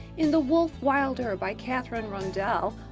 in the wolf wilder by katherine rundell,